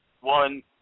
one